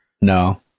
no